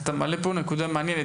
אתה מעלה פה נקודה מעניינת.